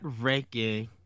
ranking